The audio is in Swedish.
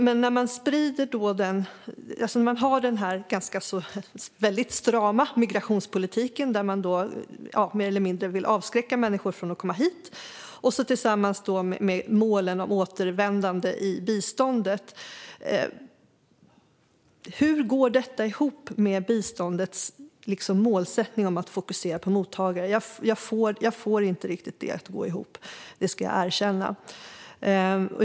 Men nu har man den här väldigt strama migrationspolitiken, där man mer eller mindre vill avskräcka människor från att komma hit, tillsammans med målen om återvändande i biståndet. Hur går detta ihop med biståndets målsättning att fokusera på mottagaren? Jag får inte riktigt det att gå ihop; det ska jag erkänna.